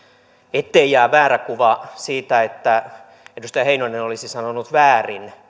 ettei jää väärä kuva siitä että edustaja heinonen olisi sanonut väärin